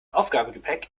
aufgabegepäck